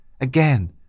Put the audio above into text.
Again